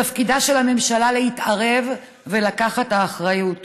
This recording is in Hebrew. תפקידה של הממשלה להתערב ולקחת את האחריות.